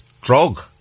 drug